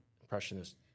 impressionist